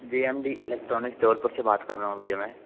जे M D electronic Jabalpur से बात कर रहा हूँ भैया मैं